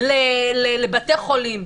לבתי חולים.